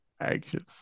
anxious